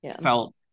felt